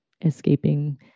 escaping